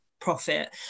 profit